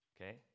okay